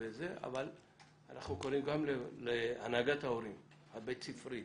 אבל אנחנו קוראים גם להנהגת ההורים הבית-ספרית